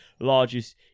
largest